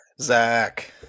zach